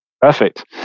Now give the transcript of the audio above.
perfect